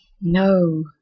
no